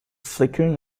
flickering